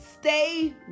Stay